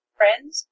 friends